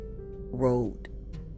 road